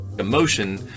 Emotion